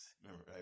Remember